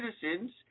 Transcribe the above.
citizens